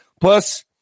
Plus